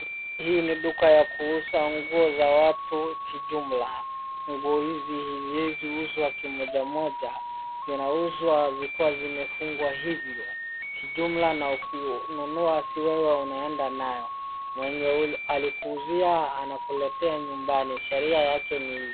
Hii ni duka ya kuuza nguo za watu kijumla. Nguo hizi haziweziuzwa kimoja moja. Zinauzwa zikiwa zimefungwa hivyo kijumla na ukinunua si wewe unaenda nayo. Mwenye alikuuzia anakuletea nyumbani. Sheria yake ni hiv.